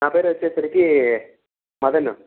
నా పేరు వచ్చేసరికి మదన్